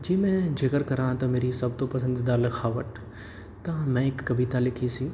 ਜੇ ਮੈਂ ਜ਼ਿਕਰ ਕਰਾਂ ਤਾਂ ਮੇਰੀ ਸਭ ਤੋਂ ਪਸੰਦੀਦਾ ਲਿਖਾਵਟ ਤਾਂ ਮੈਂ ਇੱਕ ਕਵਿਤਾ ਲਿਖੀ ਸੀ